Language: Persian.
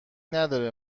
نداره